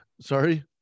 Sorry